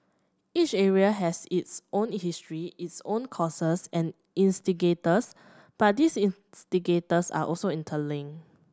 each area has its own history its own causes and instigators but these instigators are also interlink